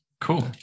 Cool